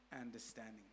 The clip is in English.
understanding